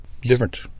different